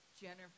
Jennifer